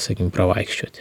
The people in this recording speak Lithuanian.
sakykime pravaikščioti